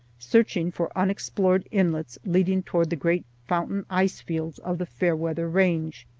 searching for unexplored inlets leading toward the great fountain ice-fields of the fairweather range.